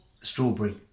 strawberry